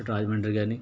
అటు రాజమండ్రి కానీ